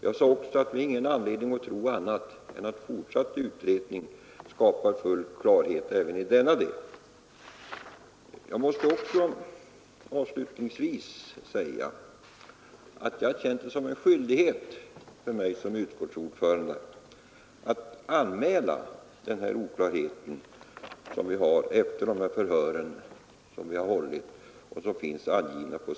Jag sade också att det inte var anledning tro annat än att en fortsatt utredning skulle skapa full klarhet även i denna del. Jag måste avslutningsvis också säga, att jag känt det som en skyldighet för mig som utskottsordförande att anmäla den oklarhet som kvarstår efter de förhör som vi har hållit.